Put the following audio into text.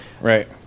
right